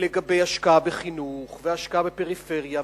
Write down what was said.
לגבי השקעה בחינוך והשקעה בפריפריה,